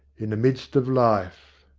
in the midst of life